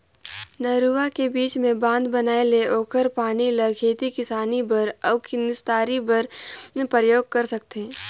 नरूवा के बीच मे बांध बनाये ले ओखर पानी ल खेती किसानी बर अउ निस्तारी बर परयोग कर सकथें